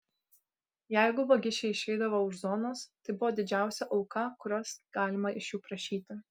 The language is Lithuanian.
jeigu vagišiai išeidavo už zonos tai buvo didžiausia auka kurios galima iš jų prašyti